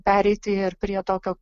pereiti ir prie tokio